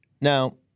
Now